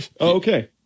okay